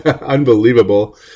unbelievable